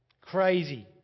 Crazy